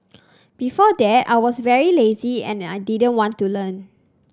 before that I was very lazy and didn't want to learn